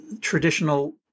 traditional